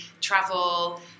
travel